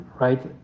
right